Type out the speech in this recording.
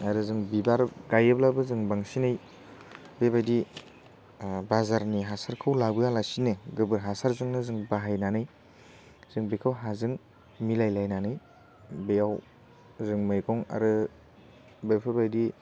आरो जों बिबार गायोब्लाबो जों बांसिनै बेबायदि बाजारनि हासारखौ लाबोआलासिनो गोबोर हासारजोंनो जों बाहायनानै जों बेखौ हाजों मिलायलायनानै बेयाव जों मैगं आरो बेफोरबायदि